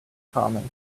commons